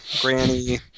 granny